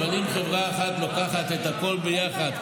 אבל אם חברה אחת לוקחת את הכול ביחד,